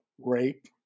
rape